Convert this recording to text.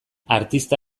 artista